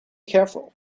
careful